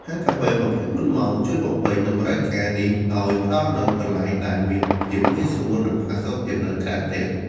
ហាងកាហ្វេ ២៤ ម៉ោង ជួយបំពេញតម្រូវការនេះដោយផ្តល់នូវកន្លែងដែលមានភាពងាយស្រួល និងផាសុកភាពនៅក្រៅផ្ទះ។